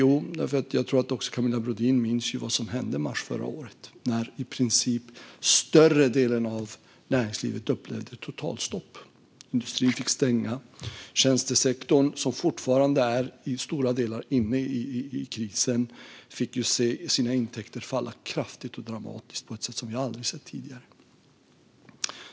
Jag tror att också Camilla Brodin minns vad som hände i mars förra året, att en stor del av näringslivet upplevde ett totalstopp. Industrier fick stänga och tjänstesektorn, som fortfarande i stora delar är inne i krisen, fick se sina intäkter falla kraftigt och dramatiskt på ett sätt som vi aldrig sett tidigare.